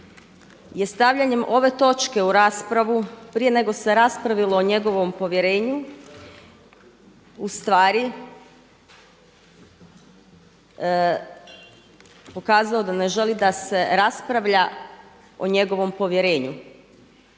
je stavljanjem ove točke u raspravu prije nego se raspravilo o njegovom povjerenju u stvari pokazao da ne želi da se raspravlja o njegovom povjerenju.